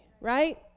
right